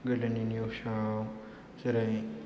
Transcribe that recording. गोदोनि निउसआव जेरै